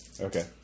Okay